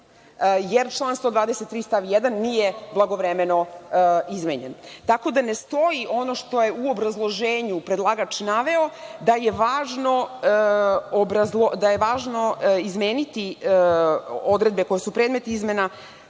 jer član 123. stav 1. nije blagovremeno izmenjen. Tako da ne stoji ono što je u obrazloženju predlagač naveo, da je važno izmeniti odredbe koje su predmet izmena